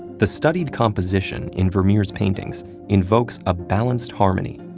the studied composition in vermeer's paintings invokes a balanced harmony.